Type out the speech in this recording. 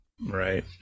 Right